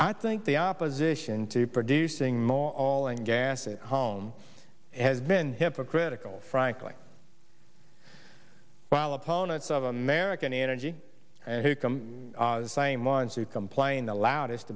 i think the opposition to producing more all and gas at home has been hypocritical frankly while opponents of american energy and who come same ones who complain the loudest